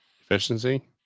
Efficiency